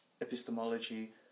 epistemology